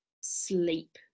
sleep